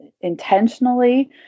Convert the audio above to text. intentionally